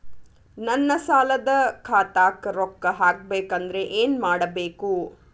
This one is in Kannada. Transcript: ನನ್ನ ಸಾಲದ ಖಾತಾಕ್ ರೊಕ್ಕ ಹಾಕ್ಬೇಕಂದ್ರೆ ಏನ್ ಮಾಡಬೇಕು?